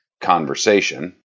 conversation